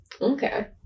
okay